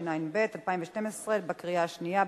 התשע"ב 2012. קריאה שנייה.